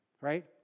Right